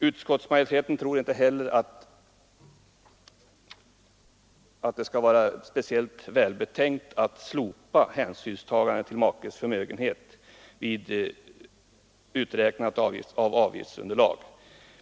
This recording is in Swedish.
Utskottsmajoriteten tror inte heller att det skulle vara speciellt välbetänkt att slopa hänsynstagandet till makes förmögenhet vid uträknandet av avgiftsunderlaget.